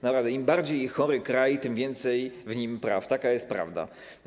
Naprawdę im bardziej chory kraj, tym więcej w nim praw, taka jest prawda.